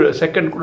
second